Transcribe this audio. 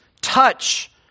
touch